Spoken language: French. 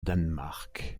danemark